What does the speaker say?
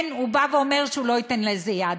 כן, הוא בא ואומר שהוא לא ייתן לזה יד.